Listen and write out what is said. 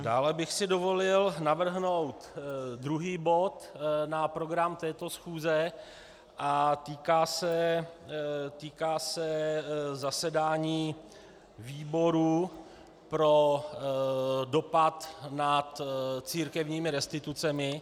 Dále bych si dovolil navrhnout druhý bod na program této schůze a týká se zasedání výboru pro dopad (?) nad církevními restitucemi.